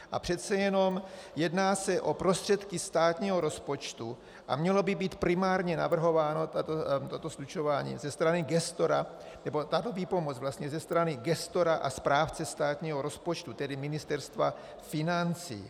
A přece jenom se jedná o prostředky státního rozpočtu a mělo by být primárně navrhováno, toto slučování, ze strany gestora, nebo tato výpomoc vlastně, ze strany gestora a správce státního rozpočtu, tedy Ministerstva financí.